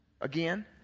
again